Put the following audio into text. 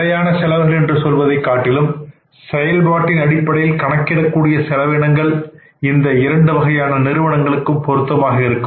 நிலையான செலவுகள் என்று சொல்வதைக்காட்டிலும் செயல்பாட்டின் அடிப்படையில் கணக்கிடக்கூடிய செலவினங்கள் இந்த இரண்டு வகையான நிறுவனங்களுக்கும் பொருத்தமாக இருக்கும்